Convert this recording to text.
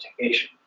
education